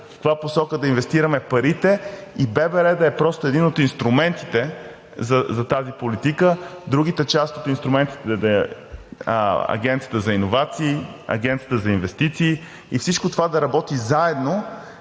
в каква посока да инвестираме парите, и ББР да е просто един от инструментите за тази политика. Другите части от инструментите да са Агенцията за иновации, Агенцията за инвестиции. Всичко това да работи заедно